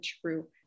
true